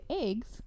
eggs